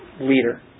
leader